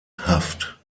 haft